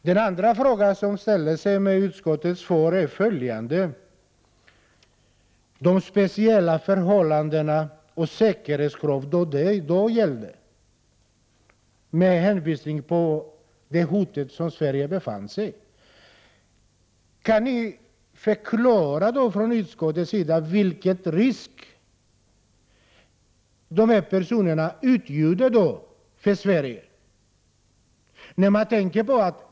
Med anledning av utskottets uttalande ställer man sig ytterligare frågor: Kan ni från utskottets sida förklara vilken risk dessa personer utgjorde för Sverige med hänvisning till de speciella förhållanden och säkerhetskrav som då gällde och till de hot under vilket Sverige befann sig i?